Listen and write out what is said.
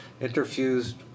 interfused